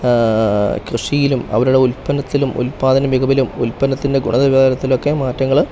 ആ കൃഷിയിലും അവരുടെ ഉൽപ്പന്നത്തിലും ഉൽപാദന മികവിലും ഉൽപ്പന്നത്തിൻ്റെ ഗുണനിലവാരത്തിലും ഒക്കെ മാറ്റങ്ങൾ